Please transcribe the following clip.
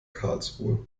karlsruhe